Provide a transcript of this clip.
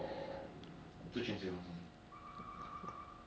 pretty sure I close brain play still play better than him but can ah